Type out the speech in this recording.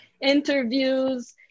interviews